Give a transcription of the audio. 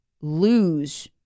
lose